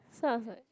so I was like